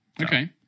Okay